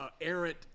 errant